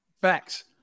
Facts